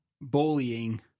Bullying